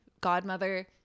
godmother-